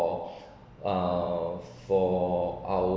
for uh for our